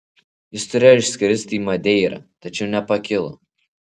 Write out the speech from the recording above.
jis turėjo išskristi į madeirą tačiau nepakilo